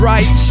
Right